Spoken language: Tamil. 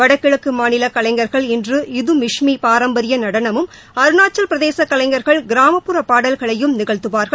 வடகிழக்கு மாநில கலைஞர்கள் இன்று இது மிஷ்மி பாரம்பரிய நடனமும் அருணாச்சல் பிரதேச கலைஞர்கள் கிராமப்புற பாடல்களையும் நிகழ்த்துவார்கள்